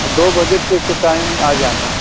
दो बजे ठीक से के टाईम आ जाना